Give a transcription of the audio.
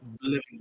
living